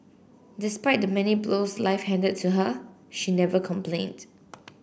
despite the many blows life handed to her she never complained